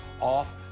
off